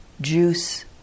juice